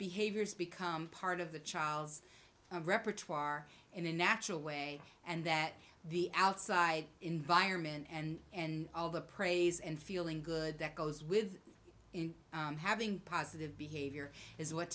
behaviors become part of the child's repertoire in a natural way and that the outside environment and and all the praise and feeling good that goes with in having positive behavior is what